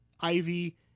Ivy